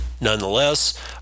Nonetheless